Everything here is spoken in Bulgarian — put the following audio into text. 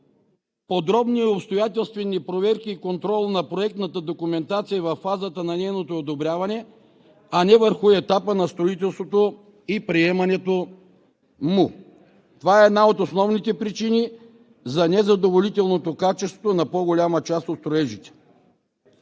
подробни и обстоятелствени проверки и контрол на проектната документация във фазата на нейното одобряване, а не върху етапа на строителството и приемането му. Това е една от основните причини за незадоволителното качество на по-голямата част от строежите.